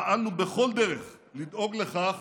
פעלנו בכל דרך לדאוג לכך